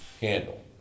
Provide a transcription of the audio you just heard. handle